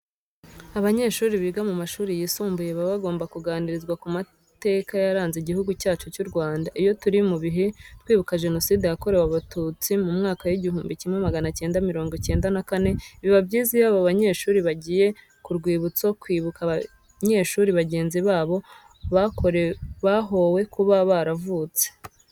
Abanyeshuri biga mu mashuri yisumbuye baba bagomba kuganirizwa ku mateka yaranze Igihugu cyacu cy'u Rwanda. Iyo turi mu bihe twibuka Jenoside yakorewe Abatutsi mu mwaka w'igihumbi kimwe magana cyenda mirongo cyenda na kane, biba byiza iyo aba banyeshuri bagiye ku rwibutso kwibuka abanyeshuri bagenzi babo bahowe kuba baravutse.